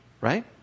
right